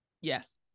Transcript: yes